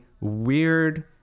weird